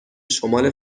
شمال